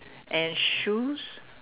and shoes